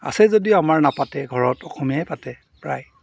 আছে যদিও আমাৰ নাপাতে ঘৰত অসমীয়াই পাতে প্ৰায়